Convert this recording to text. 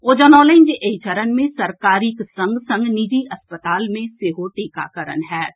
ओ जनौलनि जे एहि चरण मे सरकारीक संग संग निजी अस्पताल मे सेहो टीकाकरण होएत